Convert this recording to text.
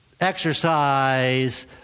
Exercise